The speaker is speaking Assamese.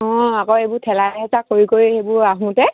অঁ আকৌ এইবোৰ ঠেলা হেচা কৰি কৰি সেইবোৰ আহোঁতে